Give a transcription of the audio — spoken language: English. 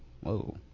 whoa